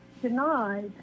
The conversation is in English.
denied